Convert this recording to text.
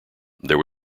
there